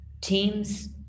Teams